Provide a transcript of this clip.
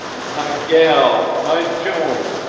my gel! my joan!